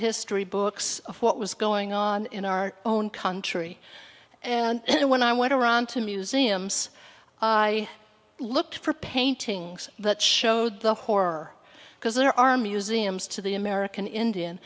history books of what was going on in our own country and when i went around to museums i looked for paintings that showed the horror because there are museums to the american indian